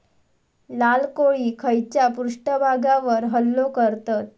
लाल कोळी खैच्या पृष्ठभागावर हल्लो करतत?